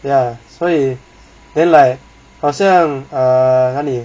ya 所以 then like 好像 err 哪里